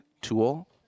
Tool